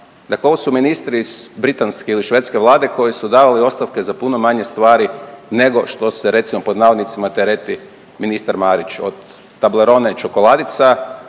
Dakle, ovo su ministri iz Britanske ili Švedske vlade koji su davali ostavke za puno manje stvari nego što se recimo pod navodnicima tereti ministar Marić, od tablerona i čokoladica